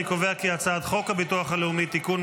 אני קובע כי הצעת חוק הביטוח הלאומי (תיקון,